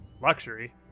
luxury